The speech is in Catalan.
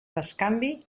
bescanvi